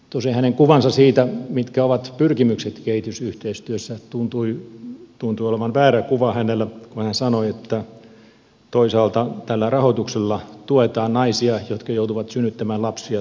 tosin hänen kuvansa siitä mitkä ovat pyrkimykset kehitysyhteistyössä tuntui olevan väärä kun hän sanoi että toisaalta tällä rahoituksella tuetaan naisia jotka joutuvat synnyttämään lapsia toisensa perään